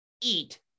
eat